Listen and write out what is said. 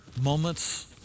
moments